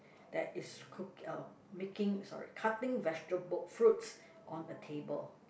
that is cook uh making sorry cutting vegetable fruits on a table